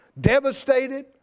devastated